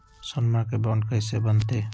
सोनमा के बॉन्ड कैसे बनते?